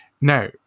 Now